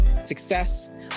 Success